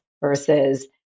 versus